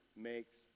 makes